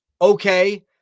Okay